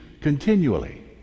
continually